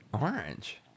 orange